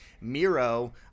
Miro